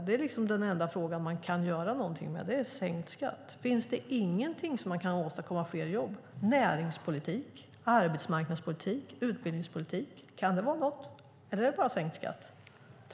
Det är den enda frågan man kan göra någonting med - sänkt skatt. Finns det ingenting för att åstadkomma fler jobb? Näringspolitik, arbetsmarknadspolitik, utbildningspolitik - kan det vara något, eller är det bara sänkt skatt?